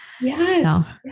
Yes